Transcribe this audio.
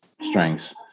strengths